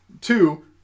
Two